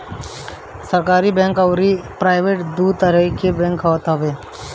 bank सरकरी अउरी private दू तरही के होत हवे